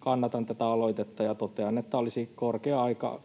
kannatan tätä aloitetta ja totean, että olisi korkea aika